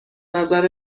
نظر